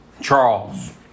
Charles